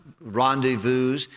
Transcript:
rendezvous